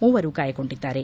ಮೂವರು ಗಾಯಗೊಂಡಿದ್ದಾರೆ